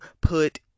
put